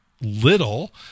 little